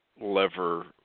lever